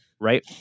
right